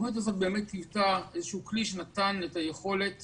התוכנית הזאת היוותה כלי שנתן את היכולת